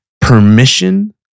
permission